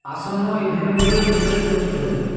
আসন্ন ইভেন্টগুলোর বিষয়ে তথ্য